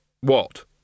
What